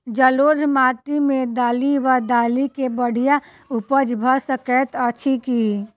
जलोढ़ माटि मे दालि वा दालि केँ बढ़िया उपज भऽ सकैत अछि की?